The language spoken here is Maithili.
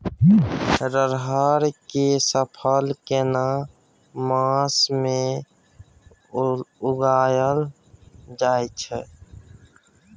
रहर के फसल केना मास में उगायल जायत छै?